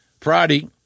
Friday